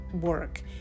work